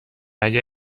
اگر